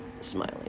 smiling